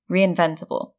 Reinventable